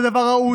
זה דבר ראוי,